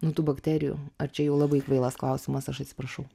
nu tų bakterijų ar čia jau labai kvailas klausimas aš atsiprašau